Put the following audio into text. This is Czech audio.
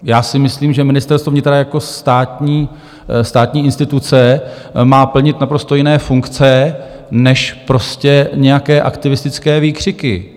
Já si myslím, že Ministerstvo vnitra jako státní instituce má plnit naprosto jiné funkce než prostě nějaké aktivistické výkřiky.